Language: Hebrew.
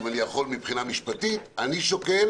אם אני יכול מבחינה משפטית אני שוקל